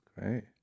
great